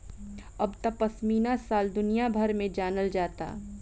अब त पश्मीना शाल दुनिया भर में जानल जाता